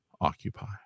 occupy